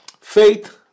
Faith